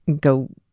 go